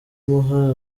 imuha